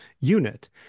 unit